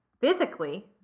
physically